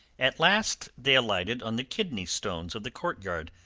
at last they alighted on the kidney stones of the courtyard,